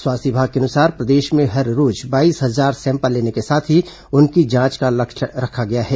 स्वास्थ्य विभाग के अनुसार प्रदेश में हर रोज बाईस हजार सैंपल लेने के साथ ही उनकी जांच करने का लक्ष्य रखा गया है